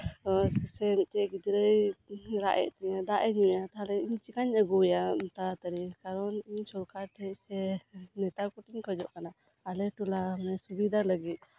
ᱥᱮ ᱢᱤᱫᱴᱮᱱ ᱜᱤᱫᱽᱨᱟᱹᱭ ᱨᱟᱜ ᱮᱜ ᱛᱤᱧᱟᱹ ᱛᱟᱦᱞᱮ ᱤᱧ ᱪᱤᱠᱟᱧ ᱟᱹᱜᱩᱟᱭᱟ ᱛᱟᱲᱟᱛᱟᱲᱤ ᱠᱟᱨᱚᱱ ᱥᱚᱨᱠᱟᱨ ᱴᱷᱮᱱ ᱥᱮ ᱱᱮᱛᱟ ᱠᱚᱴᱷᱮᱱ ᱤᱧ ᱠᱷᱚᱡᱚᱜ ᱠᱟᱱᱟ ᱟᱞᱮ ᱴᱚᱞᱟ ᱥᱩᱵᱤᱫᱷᱟ ᱞᱟᱹᱜᱤᱫ